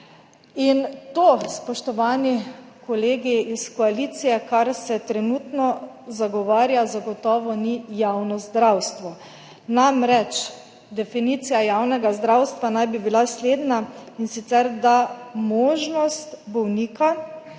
To, spoštovani kolegi iz koalicije, kar se trenutno zagovarja, zagotovo ni javno zdravstvo. Namreč, definicija javnega zdravstva naj bi bila naslednja, in sicer: možnost bolnika,